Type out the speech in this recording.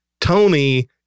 Tony